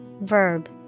verb